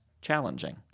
challenging